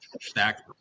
stack